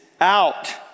out